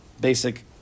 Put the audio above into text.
Basic